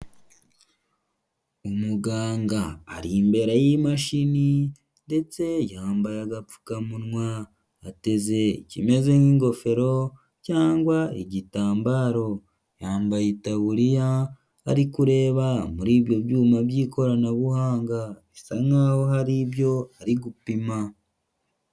Umuganga ari imbere yi'mashini ndetse yambaye agapfukamunwa, ateze ikimeze nk'ingofero cyangwa igitambaro, yambaye itaburiya ari kureba muri ibyo byuma by'ikoranabuhanga, bisa nk'aho hari ibyo ari gupima.